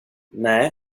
nej